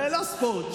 לא ספורט,